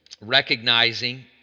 recognizing